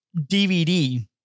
DVD